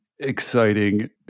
exciting